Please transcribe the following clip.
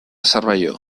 cervelló